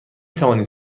توانید